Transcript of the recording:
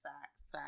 facts